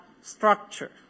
structure